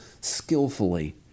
skillfully